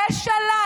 ושולל.